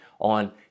on